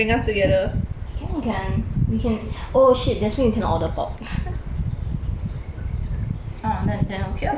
can can we can oh shit that means you cannot order pork orh then then okay orh